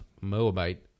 Moabite